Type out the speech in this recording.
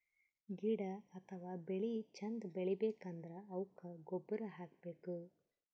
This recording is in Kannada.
ಗಿಡ ಅಥವಾ ಬೆಳಿ ಚಂದ್ ಬೆಳಿಬೇಕ್ ಅಂದ್ರ ಅವುಕ್ಕ್ ಗೊಬ್ಬುರ್ ಹಾಕ್ಬೇಕ್